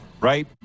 right